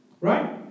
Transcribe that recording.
Right